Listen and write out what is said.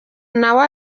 nawe